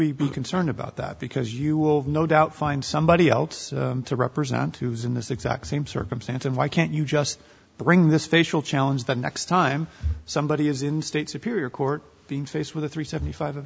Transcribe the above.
we be concerned about that because you will no doubt find somebody else to represent who's in this exact same circumstance and why can't you just bring this facial challenge the next time somebody is in state superior court being faced with a three seventy five of